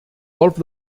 golf